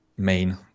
main